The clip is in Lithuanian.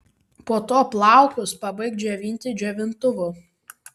po to plaukus pabaik džiovinti džiovintuvu